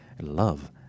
love